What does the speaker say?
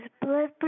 blood